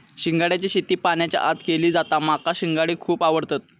शिंगाड्याची शेती पाण्याच्या आत केली जाता माका शिंगाडे खुप आवडतत